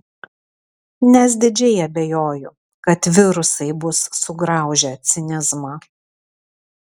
nes didžiai abejoju kad virusai bus sugraužę cinizmą